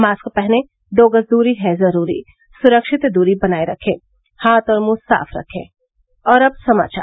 mask पहनें दो गज दूरी है जरूरी सुरक्षित दूरी बनाये रखे हाथ और मुंह साफ रखें और अब समाचार